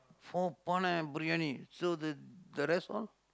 four பானை:paanai biryani so the the rest all